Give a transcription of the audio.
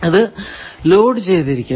ഇത് ലോഡ് ചെയ്തിരിക്കുന്നു